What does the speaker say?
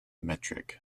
metric